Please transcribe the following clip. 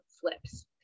flips